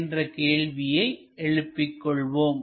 என்ற கேள்வியை எழுப்பி கொள்வோம்